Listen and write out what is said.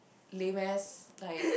lame ass like